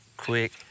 quick